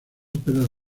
óperas